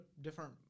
different